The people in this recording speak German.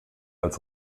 als